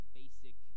basic